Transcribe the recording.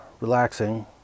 relaxing